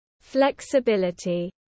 flexibility